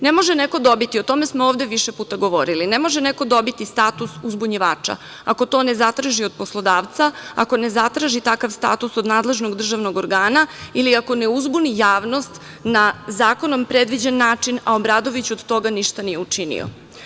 Ne može neko dobiti, o tome smo ovde više puta govorili, ne može neko dobiti status uzbunjivača ako to ne zatraži od poslodavca, ako ne zatraži takav status od nadležnog državnog organa, ili ako ne uzbuni javnost na zakonom predviđen način, a Obradović od toga ništa nije učino.